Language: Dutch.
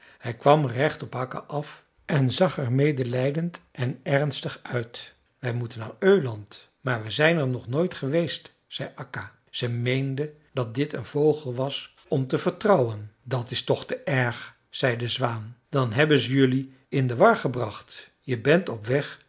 hij kwam recht op akka af en zag er medelijdend en ernstig uit wij moeten naar öland maar we zijn er nog nooit geweest zei akka ze meende dat dit een vogel was om op te vertrouwen dat is toch te erg zei de zwaan dan hebben ze jelui in de war gebracht je bent op weg